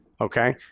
okay